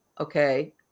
okay